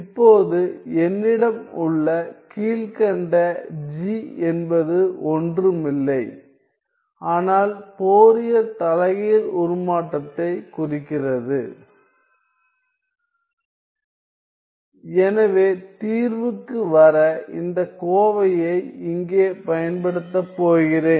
இப்போது என்னிடம் உள்ள கீழ்க்கண்ட g என்பது ஒன்றுமில்லை ஆனால் ஃபோரியர் தலைகீழ் உருமாற்றத்தைக் குறிக்கிறது எனவே தீர்வுக்கு வர இந்த கோவையை இங்கே பயன்படுத்தப் போகிறேன்